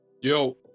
Yo